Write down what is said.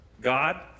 God